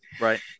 Right